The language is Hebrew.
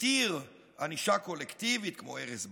התיר ענישה קולקטיבית כמו הרס בתים,